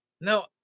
now